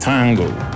Tango